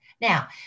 Now